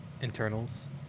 internals